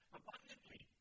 abundantly